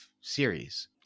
series